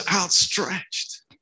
outstretched